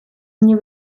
nie